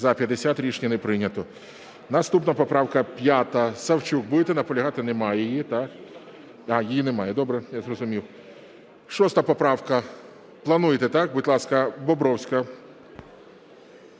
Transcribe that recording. За-50 Рішення не прийнято. Наступна поправка 5, Савчук. Будете наполягати? Немає її, так? Так, її немає. Добре, я зрозумів. 6 поправка. Плануєте, так? Будь ласка, Бобровська.